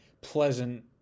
pleasant